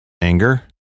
anger